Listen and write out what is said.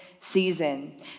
season